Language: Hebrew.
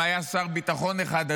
אם היה שר ביטחון אחד,